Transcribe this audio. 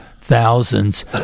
thousands